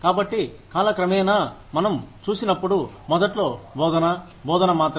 కాబట్టి కాలక్రమేణామనం చూసినప్పుడు మొదట్లో బోధన బోధన మాత్రమే